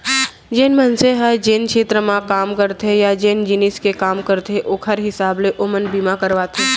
जेन मनसे ह जेन छेत्र म काम करथे या जेन जिनिस के काम करथे ओकर हिसाब ले ओमन बीमा करवाथें